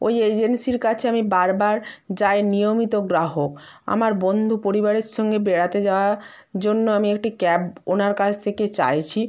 ওই এজেন্সির কাছে আমি বার বার যাই নিয়মিত গ্রাহক আমার বন্ধু পরিবারের সঙ্গে বেড়াতে যাওয়া জন্য আমি একটি ক্যাব ওনার কাছ থেকে চাইছি